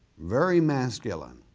very masculine.